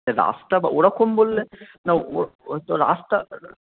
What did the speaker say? রাস্তা বা ওরকম বললে না ও ও তো রাস্তা